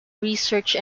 research